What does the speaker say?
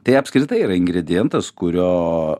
tai apskritai yra ingredientas kurio